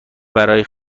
برای